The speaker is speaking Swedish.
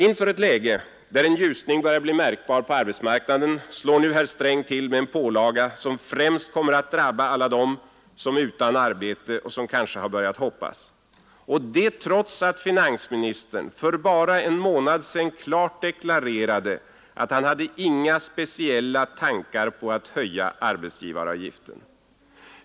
Inför ett läge, där en ljusning börjar bli märkbar på arbetsmarknaden, slår herr Sträng till med en pålaga, som främst kommer att drabba alla dem som är utan arbete och som kanske har börjat hoppas. Detta trots att finansministern för bara en månad sedan klart deklarerade att han hade ”inga speciella tankar på att höja arbetsgivaravgiften”.